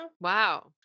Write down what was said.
Wow